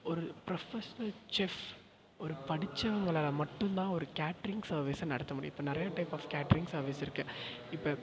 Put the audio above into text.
ஒரு professional chef ஒரு படிச்சவங்களால மட்டும் தான் ஒரு கேட்ரிங் சர்வீஸை நடத்த முடியும் இப்போ நிறைய டைப் ஆஃப் கேட்ரிங் சர்வீஸ் இருக்குது இப்போ